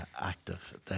active